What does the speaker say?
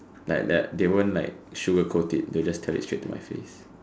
like that they won't like sugar coat it they just tell it straight to my face